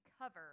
cover